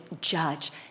judge